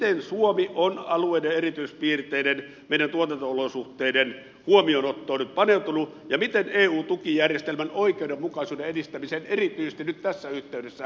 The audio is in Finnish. miten suomi on alueiden erityispiirteiden meidän tuotanto olosuhteiden huomioonottoon nyt paneutunut ja miten eu tukijärjestelmän oikeudenmukaisuuden edistämiseen erityisesti nyt tässä yhteydessä panostamme